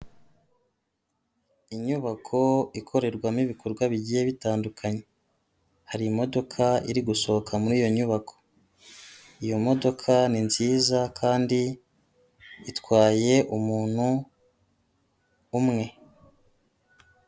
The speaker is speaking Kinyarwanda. Inyubako ikorerwamo ibikorwa bigiye bitandukanye, hari imodoka iri gusohoka muri iyo nyubako, iyo modoka ni nziza kandi itwaye umuntu umwe.